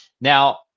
now